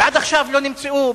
ועד עכשיו לא נמצאו?